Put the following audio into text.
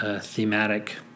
thematic